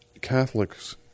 Catholics